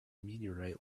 meteorite